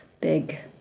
Big